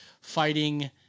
fighting